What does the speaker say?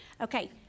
Okay